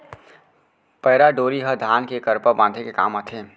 पैरा डोरी ह धान के करपा बांधे के काम आथे